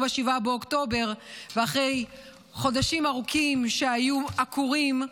ב-7 באוקטובר ואחרי חודשים ארוכים שהיו עקורים,